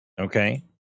Okay